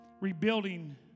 rebuilding